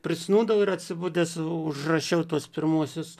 prisnūdau ir atsibudęs užrašiau tuos pirmuosius